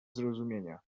zrozumienia